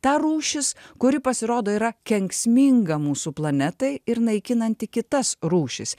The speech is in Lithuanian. ta rūšis kuri pasirodo yra kenksminga mūsų planetai ir naikinanti kitas rūšis